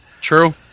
True